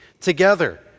together